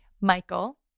Michael